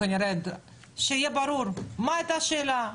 אז שיהיה ברור: מה הייתה השאלה?